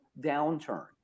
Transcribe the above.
downturn